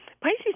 Pisces